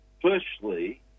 firstly